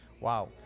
Wow